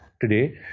today